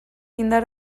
indar